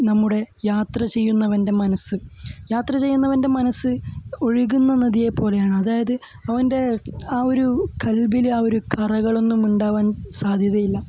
നമ്മുടെ യാത്ര ചെയ്യുന്നവൻ്റെ മനസ്സ് യാത്ര ചെയ്യുന്നവൻ്റെ മനസ്സ് ഒഴുകുന്ന നദിയെ പോലെയാണ് അതായത് അവൻ്റെ ആ ഒരു ഖൽബിലെ ആ ഒരു കറകളൊന്നും ഉണ്ടാകാൻ സാദ്ധ്യതയില്ല